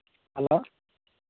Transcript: hello